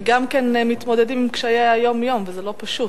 וגם כן מתמודדים עם קשיי היום-יום וזה לא פשוט.